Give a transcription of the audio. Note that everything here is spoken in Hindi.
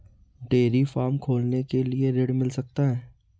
डेयरी फार्म खोलने के लिए ऋण मिल सकता है?